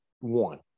one